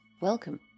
Welcome